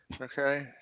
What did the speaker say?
okay